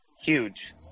huge